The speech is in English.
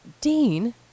Dean